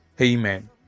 Amen